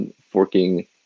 Forking